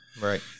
Right